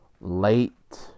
late